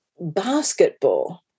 basketball